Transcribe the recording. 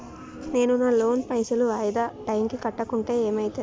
నేను నా లోన్ పైసల్ వాయిదా టైం కి కట్టకుంటే ఏమైతది?